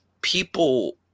people